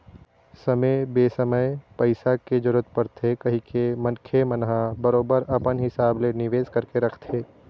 समे बेसमय पइसा के जरूरत परथे कहिके मनखे मन ह बरोबर अपन हिसाब ले निवेश करके रखथे